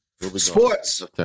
Sports